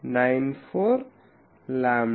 0094 lambda